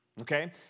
okay